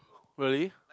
really